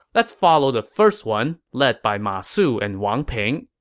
let's follow the first one, led by ma su and wang ping.